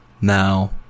Now